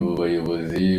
bayobozi